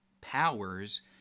powers